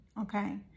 Okay